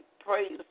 praise